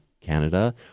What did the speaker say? Canada